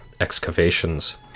excavations